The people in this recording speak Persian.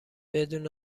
بدون